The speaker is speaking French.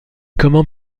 comment